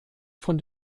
von